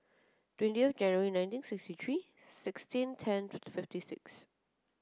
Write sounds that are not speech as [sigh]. [unintelligible] January nineteen sixty three sixteen ten twenty fifty six